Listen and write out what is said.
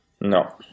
No